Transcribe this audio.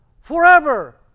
forever